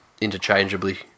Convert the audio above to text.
interchangeably